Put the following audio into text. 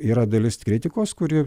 yra dalis kritikos kuri